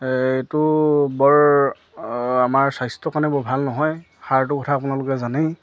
এইটো বৰ আমাৰ স্বাস্থ্যৰ কাৰণে বৰ ভাল নহয় সাৰটো কথা আপোনালোকে জানেই